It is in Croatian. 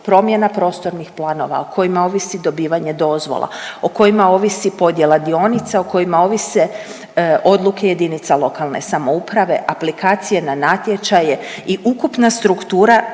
promjena prostornih planova, o kojima ovisi dobivanje dozvola, o kojima ovisi podjela dionica, o kojima ovise odluke jedinica lokalne samouprave, aplikacije na natječaje i ukupna struktura